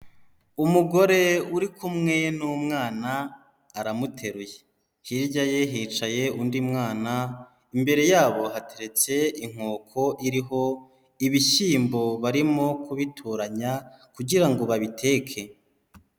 Umugore uri kumwe n'umwana aramuteruye, hirya ye hicaye undi mwana, imbere yabo hateretse inkoko iriho ibishyimbo, barimo kubitoranya kugira ngo babiteke.